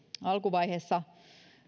alkuvaiheessa